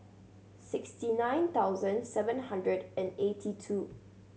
sixty nine thousand seven hundred and eighty two